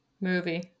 Movie